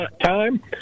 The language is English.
time